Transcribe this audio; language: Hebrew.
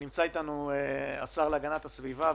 התש״ף 2020. נמצא אתנו השר להגנת הסביבה,